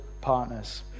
partners